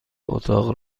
اتاق